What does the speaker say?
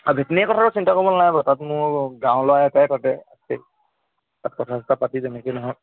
আৰু ভেটেনেৰি কথাটো চিন্তা কৰিব নালাগে বাৰু তাত মোৰ গাঁৱৰ ল'ৰা এটাই তাতে আছেই তাত কথা চথা পাতি যেনেকৈয়ে নহওক